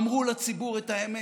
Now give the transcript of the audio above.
אמרו לציבור את האמת,